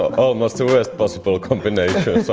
almost the worst possible combination so